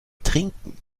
trinken